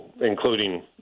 including